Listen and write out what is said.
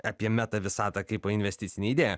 apie meta visatą kaipo investicinę idėją